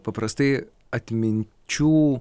paprastai atminčių